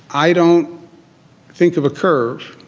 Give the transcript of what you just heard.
i don't think of a curve.